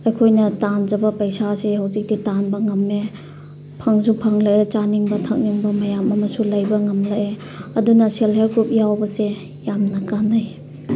ꯑꯩꯈꯣꯏꯅ ꯇꯥꯟꯖꯕ ꯄꯩꯁꯥꯁꯦ ꯍꯧꯖꯤꯛꯇꯤ ꯇꯥꯟꯕ ꯉꯝꯃꯦ ꯐꯪꯁꯨ ꯐꯪꯂꯦ ꯆꯥꯅꯤꯡꯕ ꯊꯛꯅꯤꯡꯕ ꯃꯌꯥꯝ ꯑꯃꯁꯨ ꯂꯩꯕ ꯉꯝꯂꯛꯑꯦ ꯑꯗꯨꯅ ꯁꯦꯜꯐ ꯍꯦꯜꯞ ꯒ꯭ꯔꯨꯞ ꯌꯥꯎꯕꯁꯦ ꯌꯥꯝꯅ ꯀꯥꯟꯅꯩ